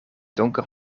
donker